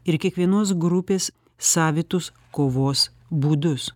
ir kiekvienos grupės savitus kovos būdus